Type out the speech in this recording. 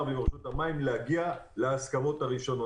ועם רשות המים להגיע להסכמות הראשונות.